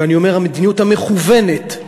ואני אומר "המדיניות המכוונת",